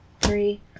Three